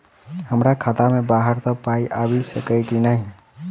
हमरा खाता मे बाहर सऽ पाई आबि सकइय की नहि?